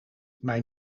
mijn